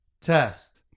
Test